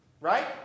right